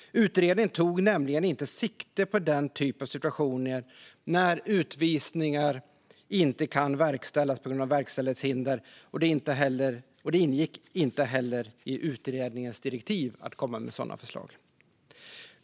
Utredningen tog nämligen inte sikte på den typ av situationer när utvisningar inte kan verkställas på grund av verkställighetshinder, och det ingick inte heller i utredningens direktiv att komma med sådana förslag.